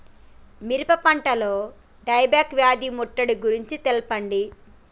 మిరప పంటలో die back వ్యాధి ముట్టడి గురించి తెల్పండి?